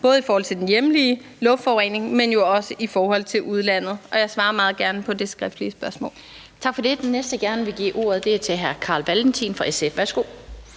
både i forhold til den hjemlige luftforurening, men jo også i forhold til udlandet. Og jeg svarer meget gerne på det skriftlige spørgsmål. Kl. 16:13 Den fg. formand (Annette Lind): Tak for det. Den næste, jeg gerne vil give ordet til, er hr. Carl Valentin fra SF. Værsgo.